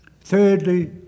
Thirdly